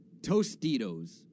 Tostitos